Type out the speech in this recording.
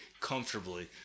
comfortably